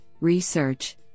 research